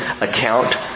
account